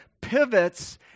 pivots